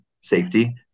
safety